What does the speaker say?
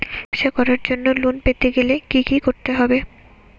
ব্যবসা করার জন্য লোন পেতে গেলে কি কি করতে হবে?